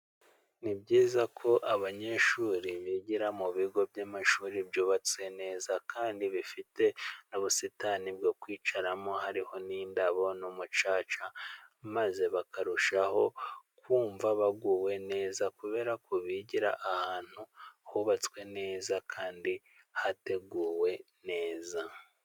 Ni byiza ko abanyeshuri bigira mu bigo by'amashuri byubatse neza kandi bifite n'ubusitani bwo kwicaramo, hariho n'indabo n'umucaca maze bakarushaho kumva baguwe neza, kubera ko bigira ahantu hubatswe neza kandi hateguwe neza.